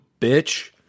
bitch